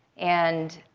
and